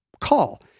call